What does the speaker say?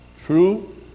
true